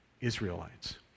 Israelites